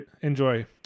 enjoy